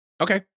Okay